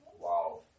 Wow